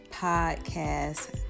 podcast